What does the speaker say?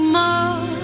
more